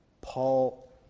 Paul